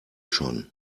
schon